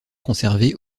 conservé